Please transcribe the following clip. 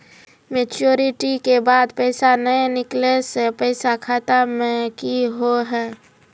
Maturity के बाद पैसा नए निकले से पैसा खाता मे की होव हाय?